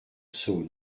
saône